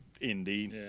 Indeed